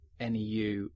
NEU